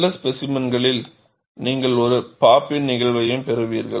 சில ஸ்பேசிமென்களில் நீங்கள் ஒரு பாப் இன் நிகழ்வையும் பெறுவீர்கள்